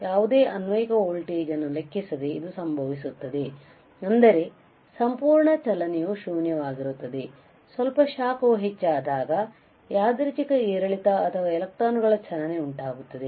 ಯಾವುದೇ ಅನ್ವಯಿಕ ವೋಲ್ಟೇಜ್ ಅನ್ನು ಲೆಕ್ಕಿಸದೆ ಇದು ಸಂಭವಿಸುತ್ತದೆ ಅಂದರೆ ಸಂಪೂರ್ಣ ಚಲನೆಯು ಶೂನ್ಯವಾಗಿರುತ್ತದೆ ಸ್ವಲ್ಪ ಶಾಖವು ಹೆಚ್ಚಾದಾಗ ಯಾದೃಚ್ಛಿಕ ಏರಿಳಿತ ಅಥವಾ ಎಲೆಕ್ಟ್ರಾನ್ಗಳ ಚಲನೆ ಉಂಟಾಗುತ್ತದೆ